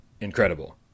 incredible